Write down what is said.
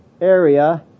area